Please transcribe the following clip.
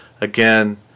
again